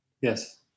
yes